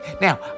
Now